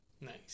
Nice